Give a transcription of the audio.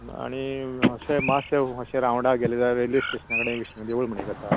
आनी अशें मातशे मातशे रावण्डा गेले जाल्यार रॅल्वे स्टेशना कडेन विश्णू देवूळ म्हणून एक आसा